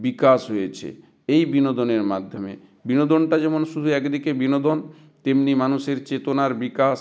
বিকাশ হয়েছে এই বিনোদনের মাধ্যমে বিনোদনটা যেমন শুধু একদিকে বিনোদন তেমনি মানুষের চেতনার বিকাশ